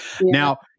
Now